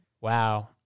Wow